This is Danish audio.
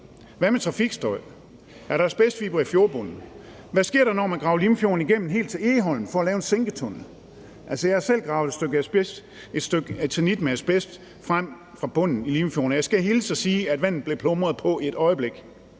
Hvad med trafikstøj? Er der asbestfibre i fjordbunden? Hvad sker der, når man graver Limfjorden igennem helt til Egholm for at lave en sænketunnel? Jeg har selv gravet et stykke eternit med asbest frem fra bunden i Limfjorden, og jeg skal hilse og sige, at vandet blev plumret på et øjeblik.